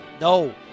No